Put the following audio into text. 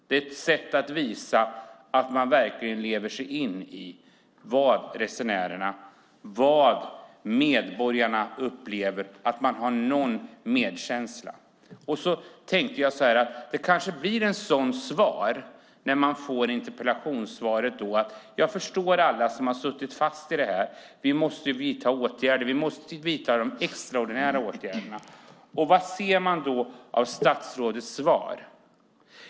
Det är ett sätt att visa att man lever sig in i resenärernas upplevelse och har medkänsla. Jag tänkte att interpellationssvaret kanske skulle visa statsrådets förståelse för alla dem som suttit fast i detta och en vilja att vidta extraordinära åtgärder. Men vad ser man i statsrådets svar?